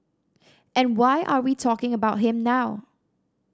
and why are we talking about him now